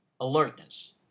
Alertness